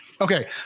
Okay